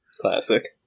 Classic